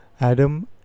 Adam